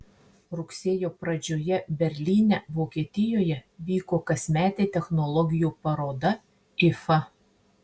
rugsėjo pradžioje berlyne vokietijoje vyko kasmetė technologijų paroda ifa